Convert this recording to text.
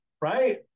right